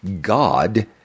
God